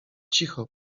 cicho